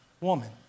woman